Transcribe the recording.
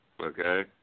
Okay